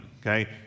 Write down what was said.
okay